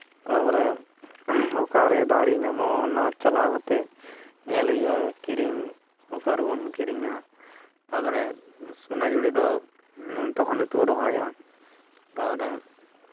ᱛᱟᱨᱯᱚᱨᱮ ᱚᱠᱟᱨᱮ ᱫᱟᱨᱮ ᱧᱟᱢᱚᱜᱼᱟ ᱚᱱᱟ ᱪᱟᱞᱟᱣ ᱠᱟᱛᱮᱜ ᱧᱮᱞ ᱦᱩᱭᱩᱜᱼᱟ ᱠᱤᱨᱤᱧ ᱚᱠᱟ ᱨᱮᱵᱚᱱ ᱠᱤᱨᱤᱧᱟ ᱛᱟᱨᱯᱚᱨᱮ ᱥᱳᱱᱟᱡᱷᱩᱨᱤ ᱫᱚ ᱛᱚᱠᱷᱚᱱ ᱜᱮᱛᱚ ᱠᱚ ᱨᱚᱦᱚᱭᱟ ᱛᱟᱨᱯᱚᱨᱮ